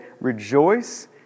rejoice